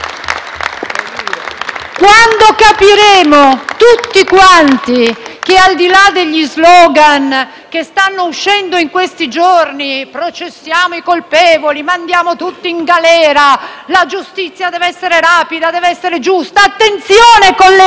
quando capiremo tutti quanti che, al di là degli *slogan* che stanno uscendo in questi giorni («processiamo i colpevoli», «mandiamo tutti in galera», «la giustizia deve essere rapida, deve essere giusta»), la giustizia - attenzione, colleghi